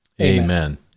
Amen